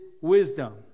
wisdom